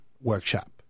workshop